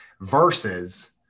versus